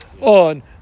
on